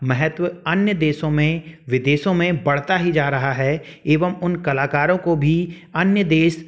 महत्व अन्य देशों में विदेशों में बढ़ता ही जा रहा है एवं उन कलाकारों को भी अन्य देश